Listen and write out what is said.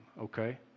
Okay